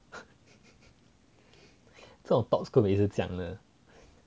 这种 top school 每次这样的